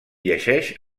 llegeix